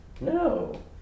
No